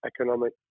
economic